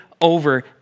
over